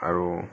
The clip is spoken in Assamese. আৰু